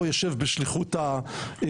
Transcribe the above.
אתה יושב כאן בשליחות הפריץ.